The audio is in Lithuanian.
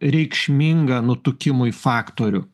reikšmingą nutukimui faktorių